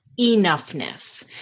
enoughness